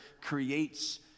creates